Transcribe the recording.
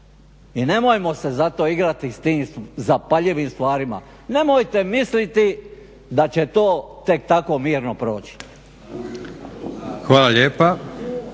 I nemojmo se zato igrati s tim zapaljivim stvarima. Nemojte misliti da će to tek tako mirno proći.